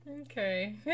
Okay